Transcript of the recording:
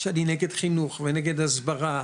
שאני נגד חינוך ונגד הסברה,